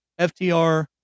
FTR